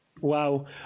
Wow